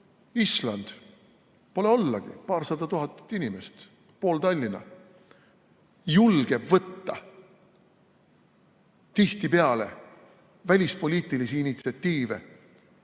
Island, pole ollagi, paarsada tuhat inimest, pool Tallinna, julgeb võtta tihtipeale välispoliitilist initsiatiivi.